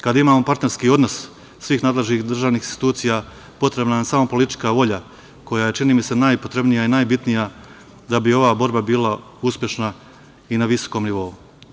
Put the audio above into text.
Kada imamo partnerski odnos svih nadležnih državnih institucija potrebna nam je samo politička volja koja je najpotrebnija i najbitnija da bi ova borba bila uspešna i na visokom nivou.